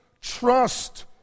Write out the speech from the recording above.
trust